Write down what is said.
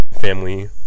family